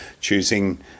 choosing